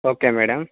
okay madam